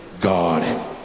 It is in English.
God